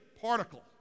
particle